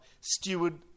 steward